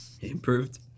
Improved